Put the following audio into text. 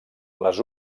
les